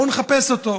בואו נחפש אותו.